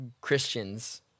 Christians